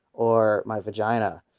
or my! vagina.